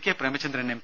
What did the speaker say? K Premachandran M